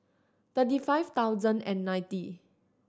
thirty five thousand and ninety